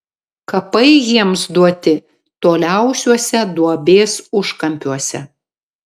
kapai jiems duoti toliausiuose duobės užkampiuose